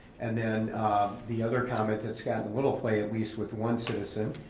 and then the other comment that's gotten a little play, at least with one citizen